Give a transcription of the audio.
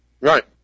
Right